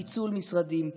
פיצול משרדים,